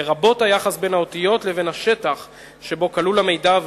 לרבות היחס בין האותיות לבין השטח שבו כלול המידע,